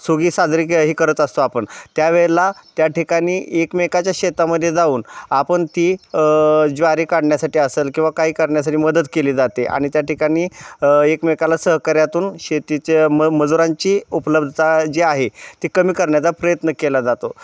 Swiggy साजरी के हे करत असतो आपण त्यावेळेला त्या ठिकाणी एकमेकाच्या शेतामध्ये जाऊन आपण ती ज्वारी काढण्यासाठी असेल किंवा काही करण्यासाठी मदत केली जाते आणि त्या ठिकाणी एकमेकाला सहकर्यातून शेतीच्या म मजुरांची उपलब्धता जी आहे ती कमी करण्याचा प्रयत्न केला जातो